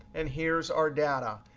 and here's our data.